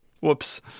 Whoops